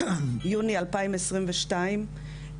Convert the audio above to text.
יוני 2022,